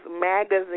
magazine